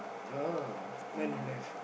oh mine don't have